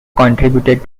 contributed